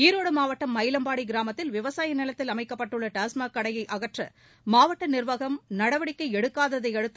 ஈரோடு மாவட்டம் மயிலம்பாடி கிராமத்தில் விவசாய நிலத்தில் அமைக்கப்பட்டுள்ள டாஸ்மாக் கடையை அகற்ற மாவட்ட நிர்வாகம் நடவடிக்கை எடுக்காததை அடுத்து